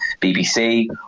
BBC